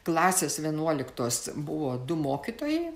klasės vienuoliktos buvo du mokytojai